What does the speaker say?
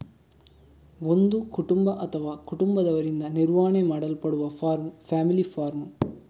ಒಂದು ಕುಟುಂಬ ಅಥವಾ ಕುಟುಂಬದವರಿಂದ ನಿರ್ವಹಣೆ ಮಾಡಲ್ಪಡುವ ಫಾರ್ಮ್ ಫ್ಯಾಮಿಲಿ ಫಾರ್ಮ್